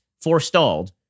forestalled